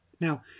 Now